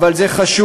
אבל זה חשוב.